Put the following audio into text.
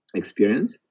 experience